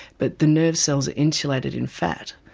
but the nerve cells are insulated in fat,